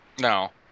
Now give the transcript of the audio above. No